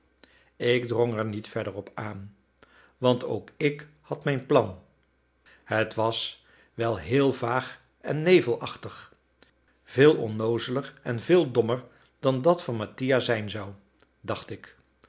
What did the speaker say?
ik drong er niet verder op aan want ook ik had mijn plan het was wel heel vaag en nevelachtig veel onnoozeler en veel dommer dan dat van mattia zijn zou dacht ik